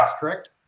correct